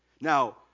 Now